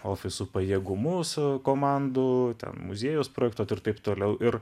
ofisų pajėgumus komandų muziejus projektuoti ir taip toliau ir